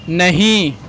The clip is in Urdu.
نہیں